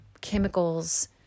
chemicals